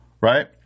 Right